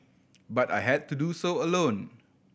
but I had to do so alone